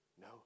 No